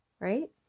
Right